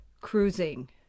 cruising